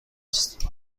است